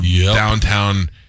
downtown